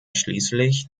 schließlich